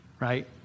right